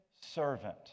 servant